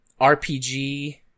RPG